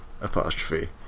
Apostrophe